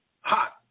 hot